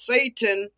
Satan